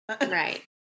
Right